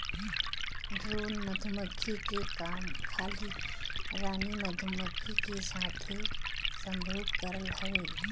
drone मधुमक्खी के काम खाली रानी मधुमक्खी के साथे संभोग करल हवे